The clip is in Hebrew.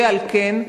ועל כן,